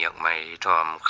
mayor tom